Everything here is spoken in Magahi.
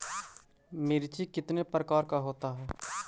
मिर्ची कितने प्रकार का होता है?